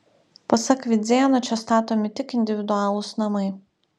pasak vidzėno čia statomi tik individualūs namai